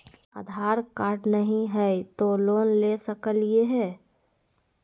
आधार card नही हय, तो लोन ले सकलिये है?